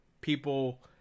people